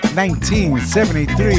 1973